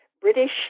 British